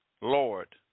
Lord